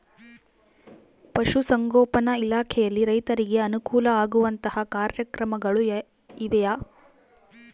ಪಶುಸಂಗೋಪನಾ ಇಲಾಖೆಯಲ್ಲಿ ರೈತರಿಗೆ ಅನುಕೂಲ ಆಗುವಂತಹ ಕಾರ್ಯಕ್ರಮಗಳು ಇವೆಯಾ?